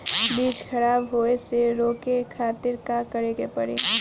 बीज खराब होए से रोके खातिर का करे के पड़ी?